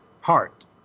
Heart